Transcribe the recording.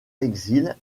exil